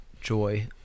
joy